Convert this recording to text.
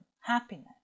happiness